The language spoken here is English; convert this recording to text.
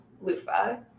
loofah